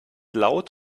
laut